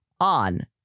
on